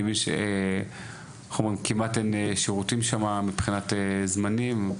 אני מבין שכמעט אין שירותים שם מבחינת זמנים.